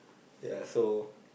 ya so